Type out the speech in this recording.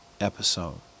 episode